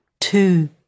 two